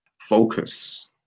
focus